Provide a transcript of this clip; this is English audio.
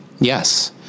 Yes